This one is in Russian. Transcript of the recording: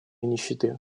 нищеты